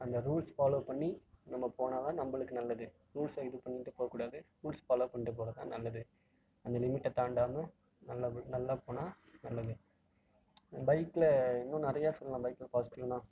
அந்த rules follow பண்ணி நம்ம போனால் தான் நம்மளுக்கு நல்லது ரூல்ஸை இது பண்ணிகிட்டு போகக்கூடாது ரூல்ஸ் ஃபாலோ பண்ணிகிட்டு போகிறது தான் நல்லது அந்த லிமிட்டை தாண்டாமல் நல்ல நல்லா போனால் நல்லது பைக்கில் இன்னும் நிறையா சொல்லலாம் பைக்கில் பாசிட்டிவ்னால்